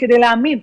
כדי להאמין,